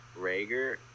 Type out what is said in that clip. Rager